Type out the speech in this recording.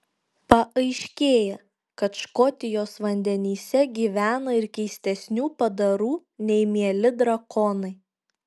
paaiškėja kad škotijos vandenyse gyvena ir keistesnių padarų nei mieli drakonai